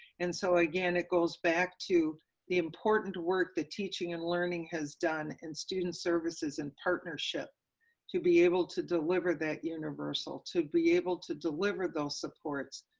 and so again, it goes back to the important work of teaching and learning has done in student services in partnership to be able to deliver that universal, to be able to deliver the supports,